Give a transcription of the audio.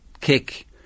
kick